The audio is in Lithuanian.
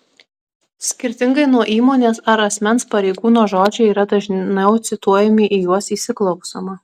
skirtingai nuo įmonės ar asmens pareigūno žodžiai yra dažniau cituojami į juos įsiklausoma